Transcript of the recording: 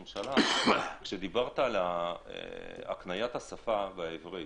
כשדברת על הקניית השפה העברית,